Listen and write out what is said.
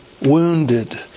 wounded